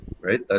right